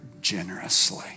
generously